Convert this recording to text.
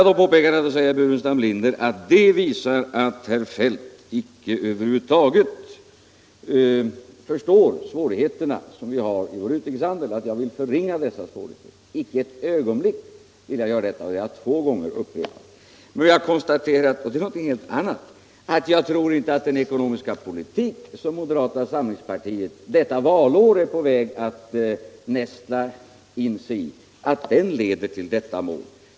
Då säger herr Burenstam Linder att herr Feldt icke över huvud taget förstår de svårigheter som vi har i vår utrikeshandel utan vill förringa hela problemet. Icke ett ögonblick vill jag göra det — det har jag två gånger upprepat. Men jag. har konstaterat - och det är något helt annat — att den ekonomiska politik som moderata samlingspartiet detta valår är på väg att nästla in sig i inte leder till målet.